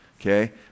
okay